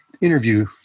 interview